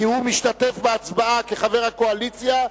כי הוא משתתף בהצבעה כחבר הקואליציה,